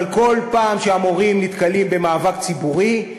אבל בכל פעם שהמורים נתקלים במאבק ציבורי,